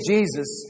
Jesus